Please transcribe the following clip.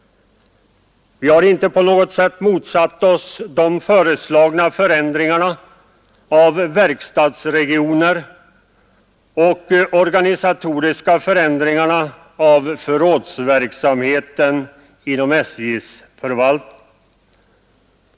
Vi har inte på något sätt motsatt oss föreslagna förändringar av verkstadsregioner och organisatoriska förändringar av förrådsverksamheten inom SJ:s förvaltning.